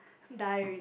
die already